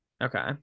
Okay